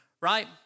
right